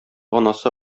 анасы